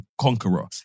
conqueror